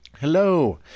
Hello